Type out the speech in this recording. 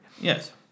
Yes